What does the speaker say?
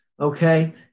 Okay